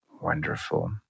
wonderful